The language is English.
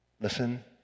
Listen